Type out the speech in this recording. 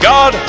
God